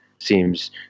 Seems